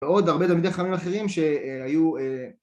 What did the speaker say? ועוד הרבה תלמידי חכמים אחרים שהיו אה...